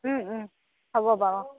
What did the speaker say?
হ'ব বাৰু অঁ